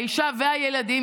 האישה והילדים,